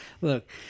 look